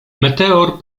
meteor